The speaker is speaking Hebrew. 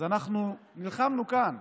אז אנחנו נלחמנו כאן,